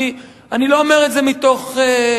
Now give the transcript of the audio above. כי אני לא אומר את זה מתוך גישה,